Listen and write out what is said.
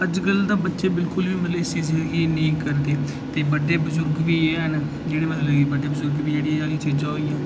अजकल दे बच्चे मतलब इस चीज गी नेईं करदे ते बड्डे बजुर्ग बी हैन ते जेह्ड़े मतलब बड्डे बजुर्ग बी जेह्ड़े चीजां होई गेइयां